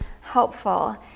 helpful